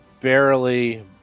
Barely